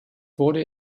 wurde